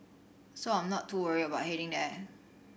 so I am not too worried about heading there